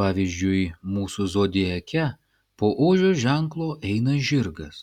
pavyzdžiui mūsų zodiake po ožio ženklo eina žirgas